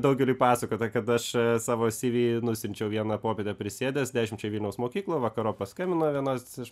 daugeliui pasakota kad aš savo cv nusiunčiau vieną popietę prisėdęs dešimčiai vilniaus mokyklų vakarop paskambino vienos iš